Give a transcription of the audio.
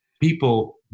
people